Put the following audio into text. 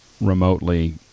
remotely